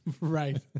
Right